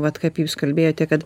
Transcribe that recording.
vat kaip jūs kalbėjote kad